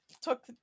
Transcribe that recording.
took